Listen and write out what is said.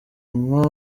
nko